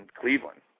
Cleveland